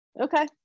Okay